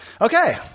Okay